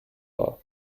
are